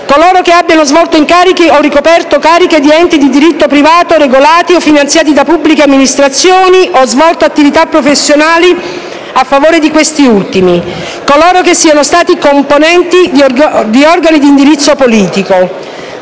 coloro che abbiano svolto incarichi o ricoperto cariche di enti di diritto privato regolati o finanziati da pubbliche amministrazioni o svolto attività professionali a favore di questi ultimi; coloro che siano stati componenti di organi di indirizzo politico.